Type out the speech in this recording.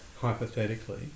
hypothetically